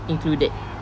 included